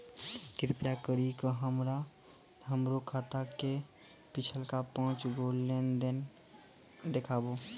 कृपा करि के हमरा हमरो खाता के पिछलका पांच गो लेन देन देखाबो